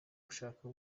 gushaka